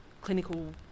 clinical